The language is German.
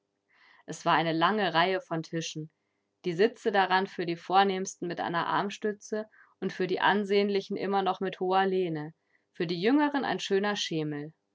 es war eine lange reihe von tischen die sitze daran für die vornehmsten mit einer armstütze und für die ansehnlichen immer noch mit hoher lehne für die jüngeren ein schöner schemel